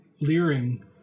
Leering